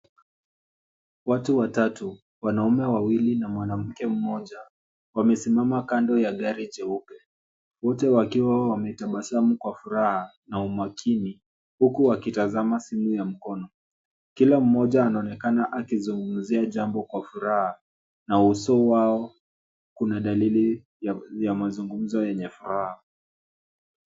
Watu watatu, wanaume wawili na mwanamke mmoja, wamesimama kando ya gari jeupe, wote wakiwa wametabasamu kwa furaha na umakini, huku wakitazama simu ya mkono. Kila mmoja anaonekana akizungumzia jambo kwa furaha na uso wao kuna dalili ya mazungumzo yenye furaha.